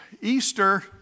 Easter